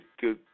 good